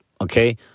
Okay